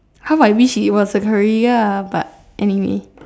how I wish it was a career but anyway